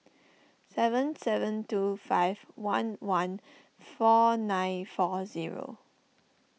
seven seven two five one one four nine four zero